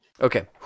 Okay